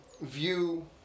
view